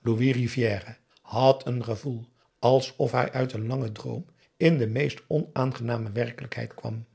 louis rivière had een gevoel alsof hij uit een langen droom in de meest onaangename werkelijkheid kwam